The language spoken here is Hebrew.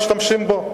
משתמשות בו.